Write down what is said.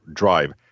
drive